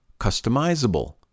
customizable